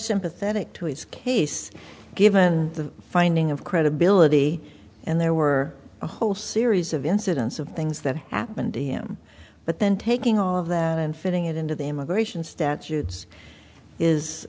sympathetic to his case given the finding of credibility and there were a whole series of incidents of things that happened to him but then taking all of that and fitting it into the immigration statutes is